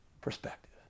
perspective